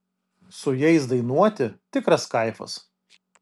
su jais dainuoti tikras kaifas